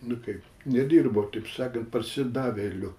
nu kaip nedirbo taip sakant parsidavėliu